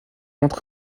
entrée